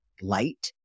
light